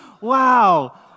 wow